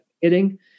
hitting